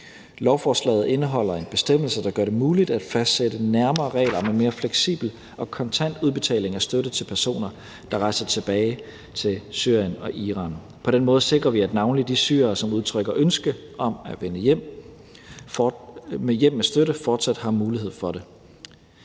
Lovforslaget indeholder en bestemmelse, der gør det muligt at fastsætte nærmere regler om en mere fleksibel og kontant udbetaling af støtte til personer, der rejser tilbage til Syrien og Irak. På den måde sikrer vi, at navnlig de syrere, som udtrykker ønske om at vende hjem med støtte, fortsat har mulighed for det.